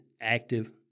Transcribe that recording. active